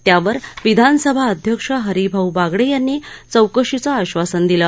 त्यावर विधानसभा अध्यक्ष हरिभाऊ बागडे यांनी चौकशीचं आश्वासन दिलं